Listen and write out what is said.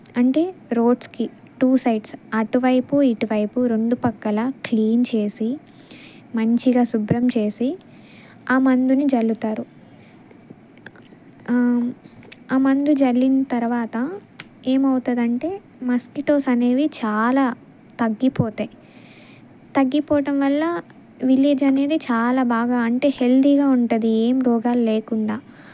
అంటే రోడ్స్కి two sides అటువైపు ఇటువైపు రెండు పక్కల క్లీన్ చేసి మంచిగా శుభ్రం చేసి ఆ మందుని జల్లుతారు ఆ మందు జల్లిన తరువాత ఏమవుతుందంటే మస్కిటోస్ అనేవి చాలా తగ్గిపోతాయి తగ్గిపోవడం వల్ల విలేజ్ అనేది చాలా బాగా అంటే హెల్దీగా ఉంటుంది ఏమి రోగాలు లేకుండా